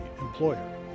employer